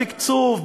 בתקצוב,